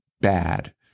bad